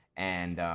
and